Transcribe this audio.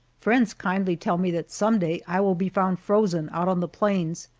friends kindly tell me that some day i will be found frozen out on the plains,